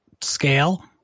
scale